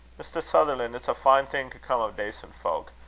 mr. sutherlan', it's a fine thing to come o' dacent fowk.